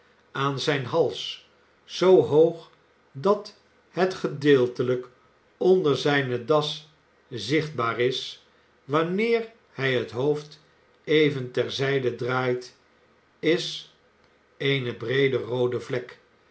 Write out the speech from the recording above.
aan zijn hals zoo hoog dat het gedeeltelijk onder zijne das zichtbaar is wanneer hij het hoofd even ter zijde draait is eene breede roode vlek